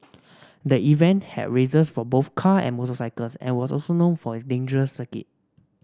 the event had races for both car and motorcycles and was also known for its dangerous circuit